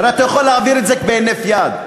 הרי אתה יכול להעביר את זה בהינף יד.